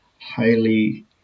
highly